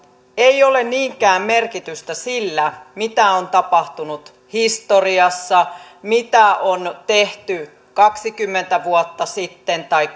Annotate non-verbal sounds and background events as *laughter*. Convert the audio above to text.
ei ole niinkään merkitystä sillä mitä on tapahtunut historiassa mitä on tehty kaksikymmentä vuotta sitten tai *unintelligible*